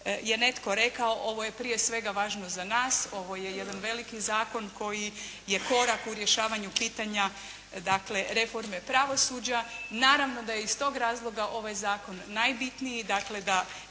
je netko rekao, ovo je prije svega važno za nas, ovo je jedan veliki zakon koji je korak u rješavanju pitanja reforme pravosuđa. Naravno da i iz tog razloga ovaj zakon najbitniji. Dakle da